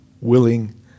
willing